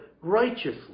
righteously